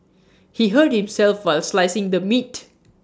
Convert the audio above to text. he hurt himself while slicing the meat